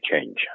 change